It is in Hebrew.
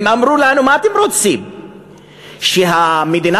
הם אמרו לנו: מה אתם רוצים,